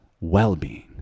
well-being